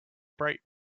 bright